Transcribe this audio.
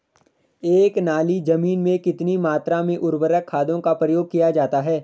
एक नाली जमीन में कितनी मात्रा में उर्वरक खादों का प्रयोग किया जाता है?